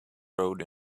rode